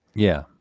yeah.